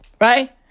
Right